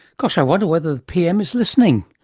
gosh i wonder whether the pm is listening!